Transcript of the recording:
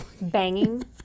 Banging